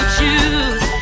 choose